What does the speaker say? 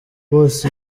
bose